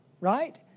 right